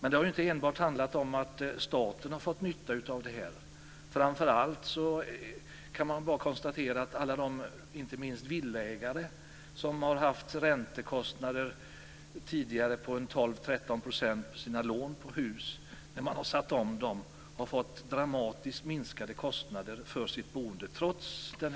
Men det har inte enbart handlat om att staten har fått nytta av detta. Framför allt kan man konstatera att inte minst alla villaägare som tidigare har haft räntekostnader på 12-13 % på sina huslån har fått dramatiskt minskade kostnader för sitt boende när de har satt om lånen.